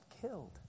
killed